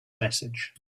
message